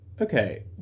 okay